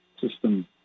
system